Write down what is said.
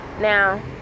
Now